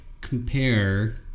compare